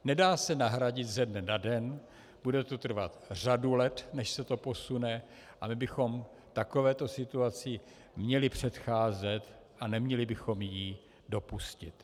Nedá se nahradit ze dne na den, bude to trvat řadu let, než se to posune, a my bychom takovéto situaci měli předcházet a neměli bychom ji dopustit.